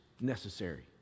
necessary